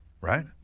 right